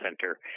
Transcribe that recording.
Center